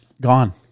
Gone